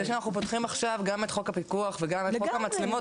זה שאנחנו פותחים עכשיו גם את חוק הפיקוח וגם את חוק המצלמות,